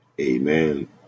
Amen